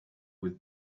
with